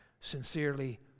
Sincerely